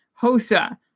Hosa